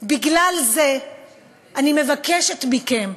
בגלל זה אני מבקשת מכם: